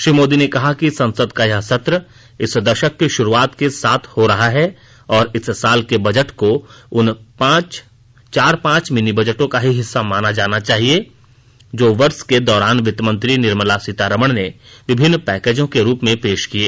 श्री मोदी ने कहा कि संसद का यह सत्र इस दशक की शुरूआत के साथ हो रहा है और इस साल के बजट को उन चार पांच मिनी बजटों का ही हिस्सा माना जाना चाहिए जो वर्ष के दौरान वित्तंमंत्री निर्मला सीतारामन ने विभिन्न पैकेजों के रूप में पेश किए